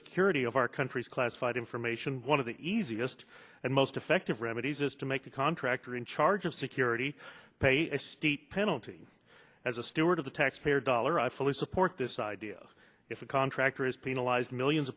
security of our countries classified information one of the easiest and most effective remedies is to make the contractor in charge of security pay a steep penalty as a steward of the taxpayer dollar i fully support this idea if a contractor is penalized millions